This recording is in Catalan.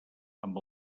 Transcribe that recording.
amb